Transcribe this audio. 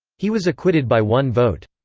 he was acquitted by one vote.